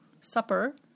Supper